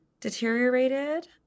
deteriorated